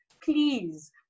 please